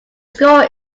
score